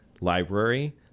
library